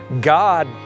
God